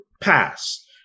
Pass